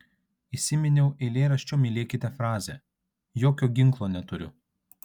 įsiminiau eilėraščio mylėkite frazę jokio ginklo neturiu